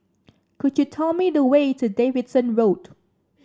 could you tell me the way to Davidson Road